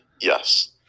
Yes